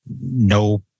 no